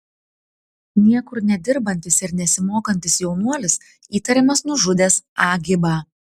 niekur nedirbantis ir nesimokantis jaunuolis įtariamas nužudęs a gibą